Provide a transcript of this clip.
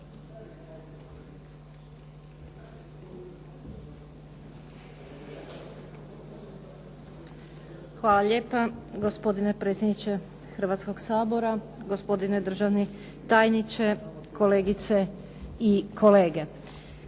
Hvala lijepa poštovani predsjedniče Hrvatskog sabora, državni tajniče, kolegice i kolege.